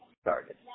started